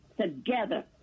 together